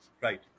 right